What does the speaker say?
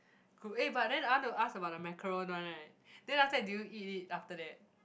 good eh but then I want to ask about the macaroon one right then after that did you eat it after that